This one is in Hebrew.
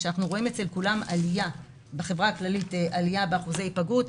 כשאנחנו רואים בחברה הכללית עלייה באחוזי ההיפגעות,